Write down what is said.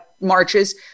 marches